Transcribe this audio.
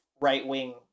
right-wing